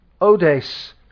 Odes